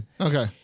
Okay